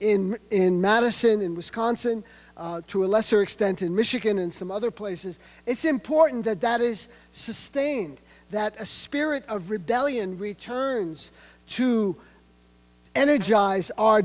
in in madison wisconsin to a lesser extent in michigan and some other places it's important that that is sustained that a spirit of rebellion returns to energize our